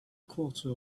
quarter